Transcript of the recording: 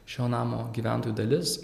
šio namo gyventojų dalis